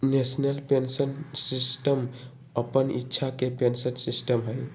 national pension system अप्पन इच्छा के पेंशन सिस्टम हइ